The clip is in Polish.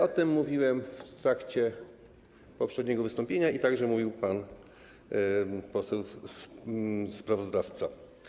O tym mówiłem w trakcie poprzedniego wystąpienia i mówił także pan poseł sprawozdawca.